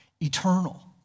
eternal